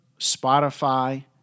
Spotify